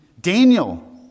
Daniel